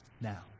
now